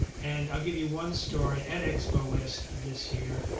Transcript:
and i'll give you one story. at expo west this year,